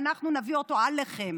ואנחנו נביא אותו עליכם.